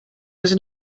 was